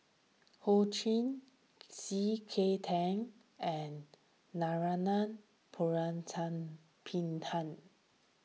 Ho Ching C K Tang and Narana Putumaippittan